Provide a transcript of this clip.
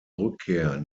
rückkehr